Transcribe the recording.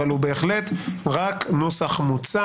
אבל הוא בהחלט רק נוסח מוצע.